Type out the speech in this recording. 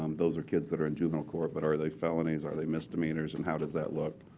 um those are kids that are in juvenile court, but are they felonies, are they misdemeanors, and how does that look.